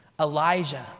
Elijah